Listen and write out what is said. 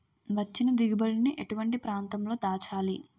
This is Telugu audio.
వచ్చిన దిగుబడి ని ఎటువంటి ప్రాంతం లో దాచాలి?